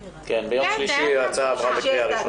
ביום שלישי ההצעה עברה בקריאה ראשונה במליאה.